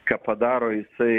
ką padaro jisai